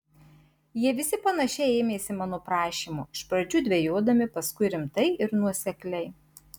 jie visi panašiai ėmėsi mano prašymo iš pradžių dvejodami paskui rimtai ir nuosekliai